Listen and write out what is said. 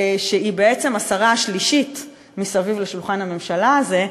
שהיא בעצם השרה השלישית מסביב לשולחן הממשלה הזה,